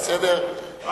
רק שאלה.